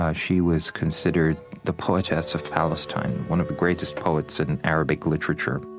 ah she was considered the poetess of palestine, one of the greatest poets in arabic literature